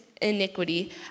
iniquity